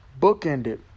bookended